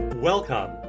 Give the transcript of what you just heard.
Welcome